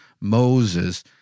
Moses